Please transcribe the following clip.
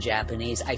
Japanese